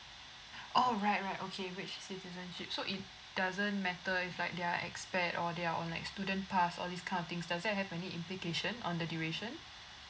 oh right right okay which citizenship so it doesn't matter if like they are expat or they are on like student pass all these kind of things does that have any implication on the duration